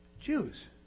Jews